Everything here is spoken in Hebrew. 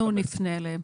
אנחנו נפנה אליהם.